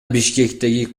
бишкектеги